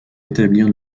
établir